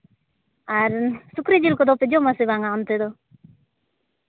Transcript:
ᱟᱨ ᱥᱩᱠᱨᱤ ᱡᱤᱞ ᱠᱚᱫᱚ ᱯᱮ ᱡᱚᱢ ᱟᱥᱮ ᱵᱟᱝ ᱚᱱᱛᱮ ᱫᱚ